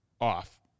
off